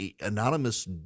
anonymous